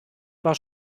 war